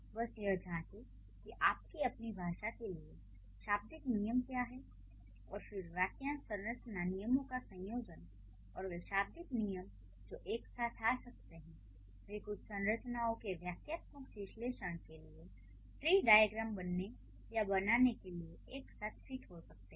बस यह जांचें कि आपकी अपनी भाषा के लिए शाब्दिक नियम क्या हैं और फिर वाक्यांश संरचना नियमों का संयोजन और वे शाब्दिक नियम जो एक साथ आ सकते हैं वे कुछ संरचनाओं के वाक्यात्मक विश्लेषण के लिए ट्री डाइअग्रैम बनाने या बनाने के लिए एक साथ फिट हो सकते हैं